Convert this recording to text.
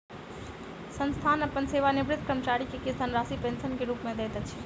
संस्थान अपन सेवानिवृत कर्मचारी के किछ धनराशि पेंशन के रूप में दैत अछि